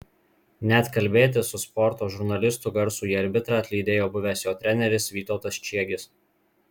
net kalbėtis su sporto žurnalistu garsųjį arbitrą atlydėjo buvęs jo treneris vytautas čiegis